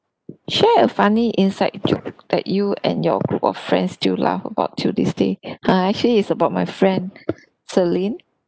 share a funny inside joke that you and your group of friends still laugh about till this day err actually is about my friend celine